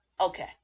Okay